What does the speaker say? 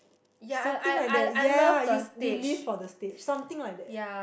something like that ya you you live for the stage something like that